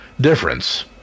difference